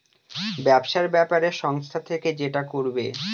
ব্যবসার ব্যাপারে সংস্থা থেকে যেটা করবে